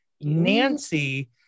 Nancy